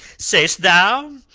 sayest thou?